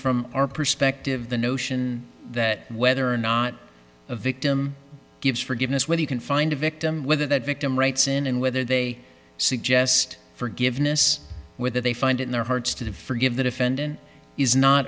from our perspective the notion that whether or not a victim gives forgiveness whether you can find a victim whether that victim writes in and whether they suggest forgiveness whether they find it in their hearts to forgive the defendant is not